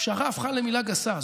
פשרה הפכה למילה גסה.